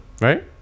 right